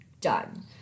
done